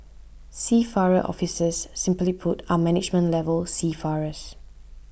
seafarer officers simply put are management level seafarers